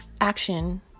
action